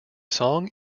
song